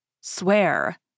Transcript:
Swear